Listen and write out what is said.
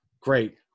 Great